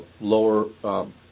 lower